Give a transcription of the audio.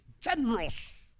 Generous